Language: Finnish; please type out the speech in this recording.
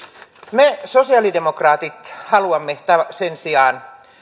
me sosialidemokraatit haluamme sen sijaan